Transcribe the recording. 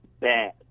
bad